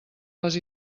les